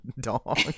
dog